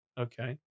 Okay